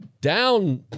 down